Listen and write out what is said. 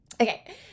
Okay